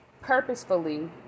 purposefully